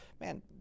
man